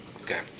Okay